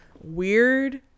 weird